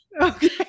Okay